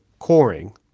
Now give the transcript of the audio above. coring